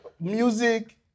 music